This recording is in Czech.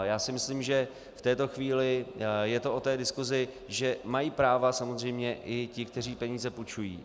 Já si myslím, že v této chvíli je to o té diskusi, že mají práva samozřejmě i ti, kteří peníze půjčují.